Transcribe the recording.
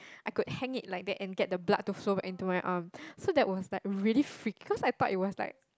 I could hang it like that and get the blood to flow back into my arm so that was like really freaky cause I thought it was like